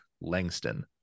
Langston